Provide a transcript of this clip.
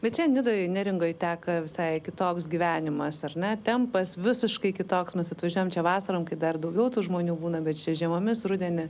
bet čia nidoj neringoj teka visai kitoks gyvenimas ar ne tempas visiškai kitoks mes atvažiavom čia vasarom kai dar daugiau tų žmonių būna bet čia žiemomis rudenį